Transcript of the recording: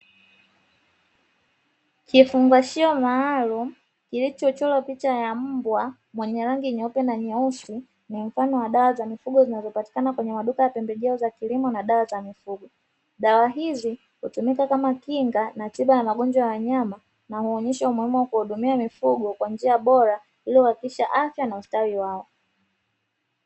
Kifungashio maalumu kilichochorwa picha ya mbwa mwenye rangi nyeupe na nyeusi mfano wa dawa za mifugo zinazopatikana kwenye maduka ya pembejeo za kilimo na dawa za mifugo. Dawa hizi hutumika kama kinga na tiba ya magonjwa ya wanyama na huonesha umuhimu wa kuwahudumia mifugo kwa njia bora ili kuhakikisha afya na ustawi wao.